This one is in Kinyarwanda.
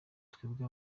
twebwe